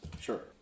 Sure